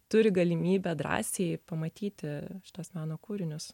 turi galimybę drąsiai pamatyti tuos meno kūrinius